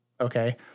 okay